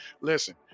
Listen